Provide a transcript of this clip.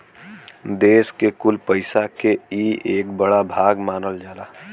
देस के कुल पइसा के ई एक बड़ा भाग मानल जाला